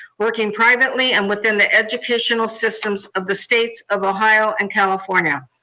working privately and within the educational systems of the states of ohio and california.